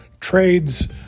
trades